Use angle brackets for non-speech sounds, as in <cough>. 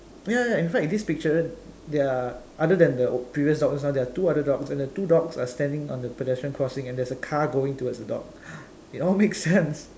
ya ya in fact this picture there are other than the previous dog also there are two other dogs and the two dogs are standing on the pedestrian crossings and there is a car going towards the dog <noise> it all makes sense